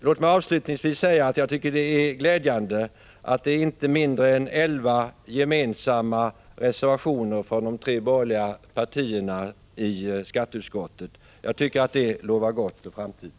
Låt mig avslutningsvis säga att jag tycker att det är glädjande att inte mindre än elva reservationer i skatteutskottet är gemensamma för de tre borgerliga partierna. Jag tycker att det lovar gott för framtiden.